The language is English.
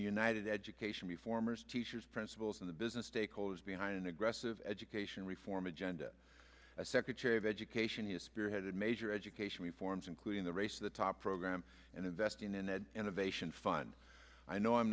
united education reformers teachers principals and the business stakeholders behind an aggressive education reform agenda a secretary of education has spearheaded major education reforms including the race the top program and investing in innovation fund i know i'm